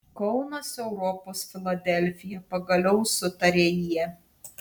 kaunas europos filadelfija pagaliau sutarė jie